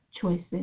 choices